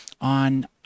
on